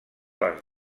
les